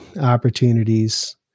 opportunities